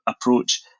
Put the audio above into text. approach